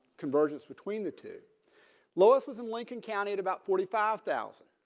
convergence between the two lowest was in lincoln county at about forty five thousand.